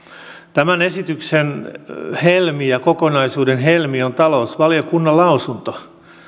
tämän esityksen helmi ja kokonaisuuden helmi on talousvaliokunnan lausunto